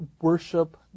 worship